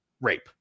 rape